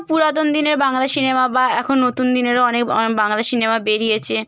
পুরাতন দিনের বাংলা সিনেমা বা এখন নতুন দিনেরও অনেক বাংলা সিনেমা বেরিয়েছে